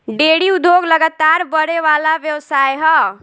dairy उद्योग लगातार बड़ेवाला व्यवसाय ह